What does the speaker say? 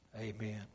Amen